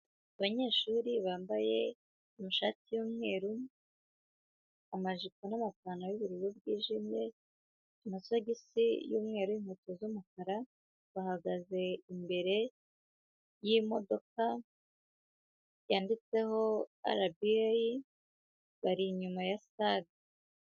Abanyeshuri bambaye amashati y'umweru, amajipo n'amapantaro y'ubururu bwijimye, amasogisi y'umweru, inkweto z'umukara, bahagaze imbere y'imodoka yanditseho RBA, bari inyuma ya sitade.